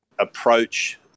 Approach